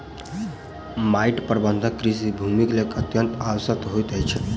माइट प्रबंधन कृषि भूमिक लेल अत्यंत आवश्यक होइत अछि